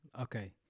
Okay